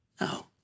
No